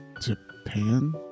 Japan